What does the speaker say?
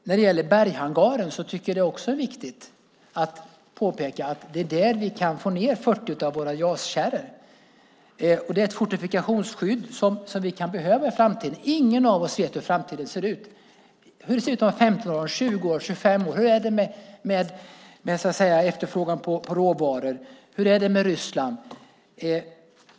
När det gäller berghangaren tycker jag också att det är viktigt att påpeka att det är där vi kan få ned 40 av våra JAS-kärror. Det är ett fortifikationsskydd som vi kan behöva i framtiden. Ingen av oss vet hur framtiden ser ut. Hur ser det ut om 15 år, 20 år, 25 år? Hur är det med efterfrågan på råvaror? Hur är det med Ryssland?